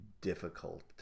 difficult